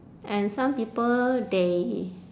and some people they